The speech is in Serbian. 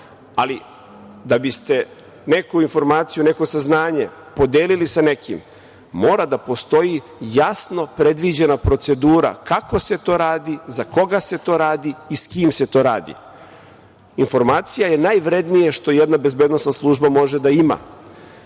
Ali, da biste neku informaciju, neko saznanje podelili sa nekim, mora da postoji jasno predviđena procedura kako se to radi, za koga se to radi i s kim se to radi. Informacija je najvrednije što jedna bezbednosna služba može da ima